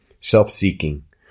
self-seeking